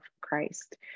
Christ